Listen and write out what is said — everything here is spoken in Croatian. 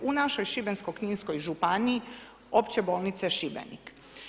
U našoj šibensko-kninskoj županiji opće bolnice Šibenik.